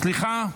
סליחה.